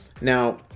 Now